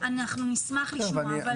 אנחנו נשמח לשמוע.